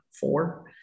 four